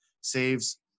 saves